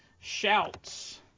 shouts